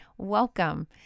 welcome